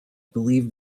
believe